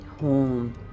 home